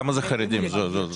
כמה זה חרדים, זו השאלה.